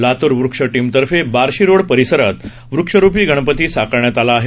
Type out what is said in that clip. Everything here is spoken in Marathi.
लातूर वृक्ष टिम तर्फे बार्शी रोड परीसरात वृक्षरुपी गणपती साकारण्यात आला आहे